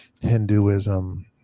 Hinduism